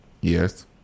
Yes